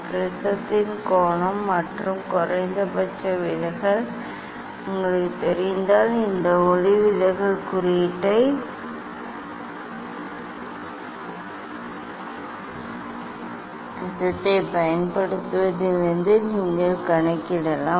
ப்ரிஸத்தின் கோணம் மற்றும் குறைந்தபட்ச விலகல் உங்களுக்குத் தெரிந்தால் இந்த ஒளிவிலகல் குறியீட்டை இந்த சூத்திரத்தைப் பயன்படுத்துவதிலிருந்து நீங்கள் கணக்கிடலாம்